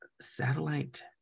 satellite